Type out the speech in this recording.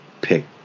pick